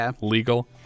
legal